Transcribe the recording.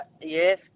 Yes